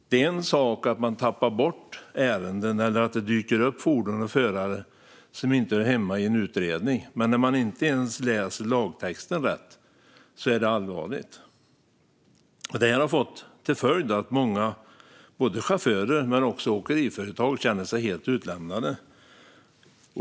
Det är en sak att man tappar bort ärenden eller att det dyker upp fordon och förare som inte hör hemma i en utredning, men när man inte ens läser lagtexten rätt är det allvarligt. Detta har fått till följd att många, både chaufförer och åkeriföretag, känner sig helt utlämnade.